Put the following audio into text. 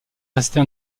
restée